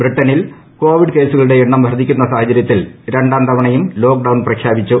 ബ്രിട്ടനിൽ കോവിഡ് കേസുകളുടെ എണ്ണം വർധിക്കുന്ന സാഹചര്യത്തിൽ രണ്ടാം തവണയും ലോക്ക് ഡൌൺ പ്രഖ്യാപിച്ചു